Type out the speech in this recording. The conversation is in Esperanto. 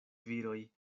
viroj